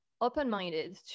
open-minded